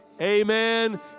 amen